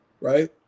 right